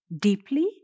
deeply